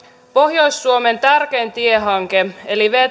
pohjois suomen tärkein tiehanke eli